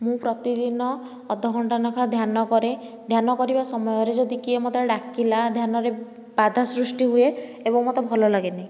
ମୁଁ ପ୍ରତିଦିନ ଅଧଘଣ୍ଟା ଲେଖାଏଁ ଧ୍ୟାନ କରେ ଧ୍ୟାନ କରିବା ସମୟରେ ଯଦି ମୋତେ କିଏ ଯଦି ଡାକିଲା ଧ୍ୟାନରେ ବାଧା ସୃଷ୍ଟି ହୁଏ ଏବଂ ମୋତେ ଭଲ ଲାଗେନି